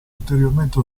ulteriormente